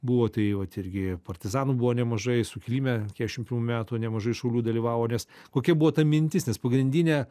buvo tai vat irgi partizanų buvo nemažai sukilime keturiasdešimt pirmųjų metų nemažai šaulių dalyvavo nes kokia buvo ta mintis nes pagrindinė